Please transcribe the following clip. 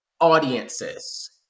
audiences